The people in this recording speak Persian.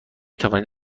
توانید